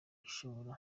ishobora